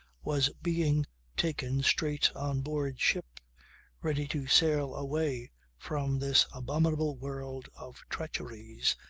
was being taken straight on board ship ready to sail away from this abominable world of treacheries,